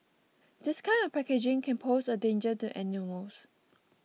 this kind of packaging can pose a danger to animals